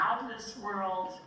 out-of-this-world